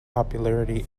popularity